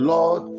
Lord